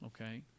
okay